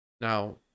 now